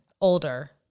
older